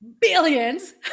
billions